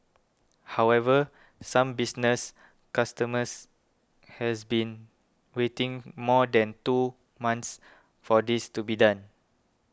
however some business customers has been waiting more than two months for this to be done